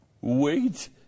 wait